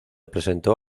presentó